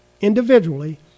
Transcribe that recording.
individually